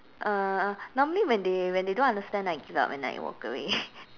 uh normally when they when they don't understand I give up and like walk away